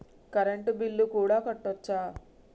Current bill కూడా కట్టొచ్చా?